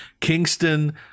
Kingston